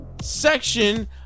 section